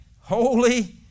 holy